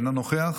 אינו נוכח,